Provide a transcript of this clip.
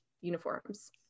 uniforms